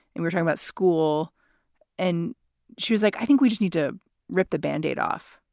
and we're sorry about school and she was like, i think we just need to rip the band-aid off.